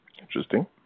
Interesting